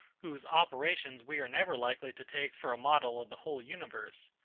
whose operations we are never likely to take for a model of the whole universe.